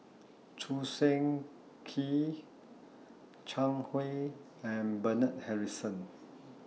Choo Seng Quee Zhang Hui and Bernard Harrison